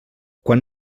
quan